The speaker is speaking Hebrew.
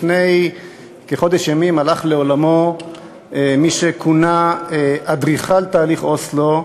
לפני כחודש ימים הלך לעולמו מי שכונה אדריכל תהליך אוסלו,